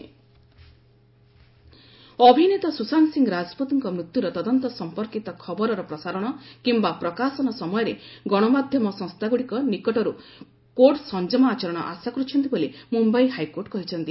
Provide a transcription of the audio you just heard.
Mumbai high court media ଅଭିନେତା ସୁଶାନ୍ତ ସିଂହ ରାଜପୁତଙ୍କ ମୃତ୍ୟୁର ତଦନ୍ତ ସମ୍ପର୍କିତ ଖବରର ପ୍ରସାରଣ କିମ୍ବା ପ୍ରକାଶନ ସମୟରେ ଗଣମାଧ୍ୟମ ସଂସ୍ଥାଗୁଡ଼ିକ ନିକଟରୁ କୋର୍ଟ ସଂଯମ ଆଚରଣ ଆଶା କରୁଛନ୍ତି ବୋଲି ମୁମ୍ବାଇ ହାଇକୋର୍ଟ କହିଛନ୍ତି